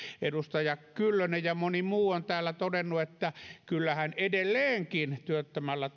edustaja kyllönen ja moni muu on täällä todennut että kyllähän edelleenkin työttömällä